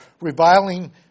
reviling